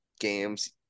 games